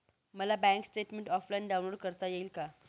मला bank statement offline download करता येईल का?